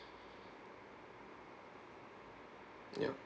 ya